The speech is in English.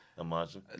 imagine